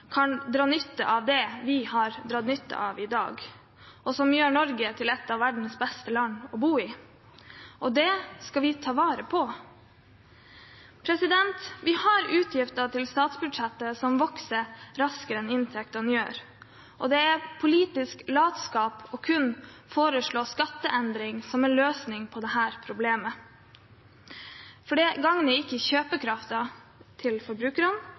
kan dra nytte av det vi har dratt nytte av, som gjør Norge til et av verdens beste land å bo i. Det skal vi ta vare på. Vi har utgifter til statsbudsjettet som vokser raskere enn inntektene gjør. Det er politisk latskap kun å foreslå skatteendring som en løsning på dette problemet. Det gagner ikke kjøpekraften til forbrukerne,